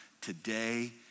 today